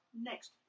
next